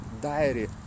diary